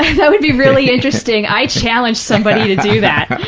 that would be really interesting. i challenge somebody to do that.